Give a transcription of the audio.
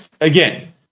again